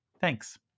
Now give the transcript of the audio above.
Thanks